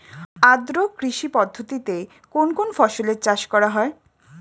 আদ্র কৃষি পদ্ধতিতে কোন কোন ফসলের চাষ করা হয়?